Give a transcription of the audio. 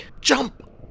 jump